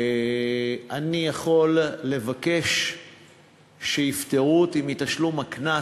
אני יכול לבקש שיפטרו אותי מתשלום הקנס